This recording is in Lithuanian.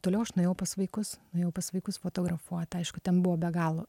toliau aš nuėjau pas vaikus nuėjau pas vaikus fotografuot aišku ten buvo be galo